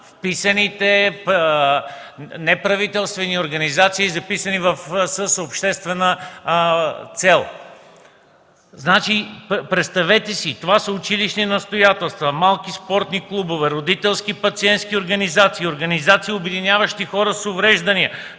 вписаните неправителствени организации, записани с обществена цел. Представете си – това са училищни настоятелства, малки спортни клубове, родителски и пациентски организации, организации, обединяващи хора с увреждания,